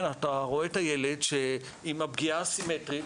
אתה רואה את הילד עם הפגיעה הסימטרית,